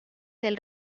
del